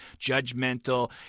judgmental